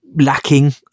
lacking